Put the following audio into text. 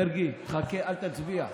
מרגי, חכה, אל תצביע,